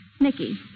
Nikki